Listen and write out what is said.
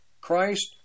Christ